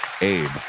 abe